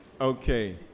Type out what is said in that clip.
okay